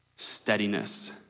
steadiness